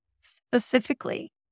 specifically